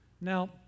Now